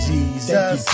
Jesus